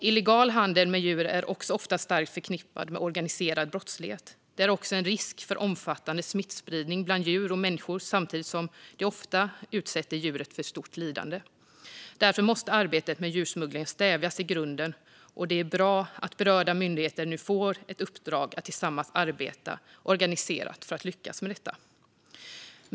Illegal handel med djur är också ofta starkt förknippad med organiserad brottslighet. Det innebär också en risk för omfattande smittspridning bland djur och människor, samtidigt som det ofta utsätter djuret för stort lidande. Därför måste arbetet mot djursmuggling stävjas i grunden, och det är bra att berörda myndigheter nu får ett uppdrag att tillsammans arbeta organiserat för att lyckas med detta.